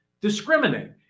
discriminate